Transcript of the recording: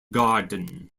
garden